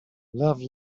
love